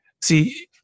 See